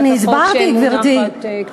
אני הסברתי, גברתי.